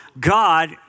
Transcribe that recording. God